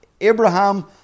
Abraham